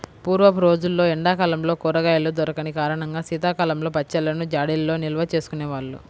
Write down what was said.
పూర్వపు రోజుల్లో ఎండా కాలంలో కూరగాయలు దొరికని కారణంగా శీతాకాలంలో పచ్చళ్ళను జాడీల్లో నిల్వచేసుకునే వాళ్ళు